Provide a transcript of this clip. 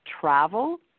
travel